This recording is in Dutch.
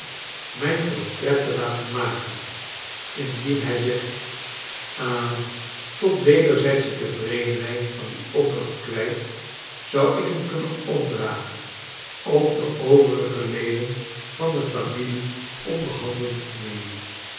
mijn portret te laten maken indien hij zich ha tot wederzijdsche tevredenheid van die opdracht kwijt zou ik hem kunnen opdragen ook de overige leden van de familie onder handen te nemen